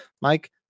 Mike